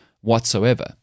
whatsoever